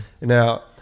now